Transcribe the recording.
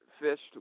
fished